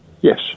Yes